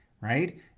right